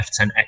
F10X